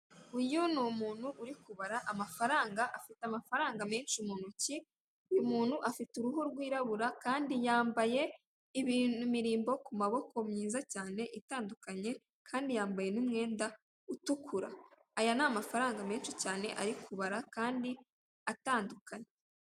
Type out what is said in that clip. Uyu ni umuntu uri kubara amafaranga, afite amafaranga menshi mu ntoki, uyu muntu afite uruhu rwirabura kandi yambaye imirimbo ku maboko myiza cyane itandukanye, kandi yambaye n'umwenda utukura. Aya ni amafaranga menshi cyane ari kubara kandi atandukanye.